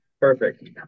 Perfect